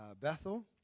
Bethel